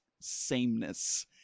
sameness